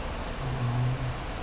!wow!